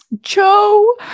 Joe